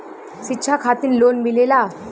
शिक्षा खातिन लोन मिलेला?